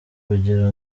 kugira